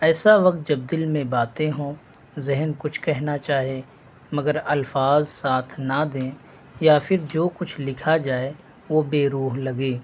ایسا وقت جب دل میں باتیں ہوں ذہن کچھ کہنا چاہے مگر الفاظ ساتھ نہ دیں یا پھر جو کچھ لکھا جائے وہ بے روح لگے